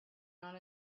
not